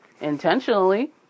intentionally